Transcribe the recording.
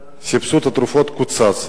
סבסוד התרופות קוצץ.